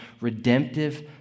redemptive